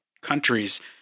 countries